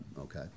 okay